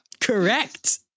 Correct